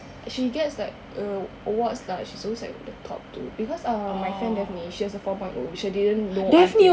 she gets like uh awards lah she's always like the top two because err my friend daphne she has a four point O which I didn't know until